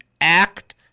act